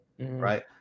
Right